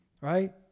right